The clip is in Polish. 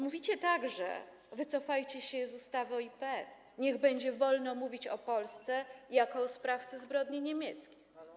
Mówicie także: Wycofajcie się z ustawy o IPN, niech będzie wolno mówić o Polsce jako o sprawcy zbrodni niemieckich.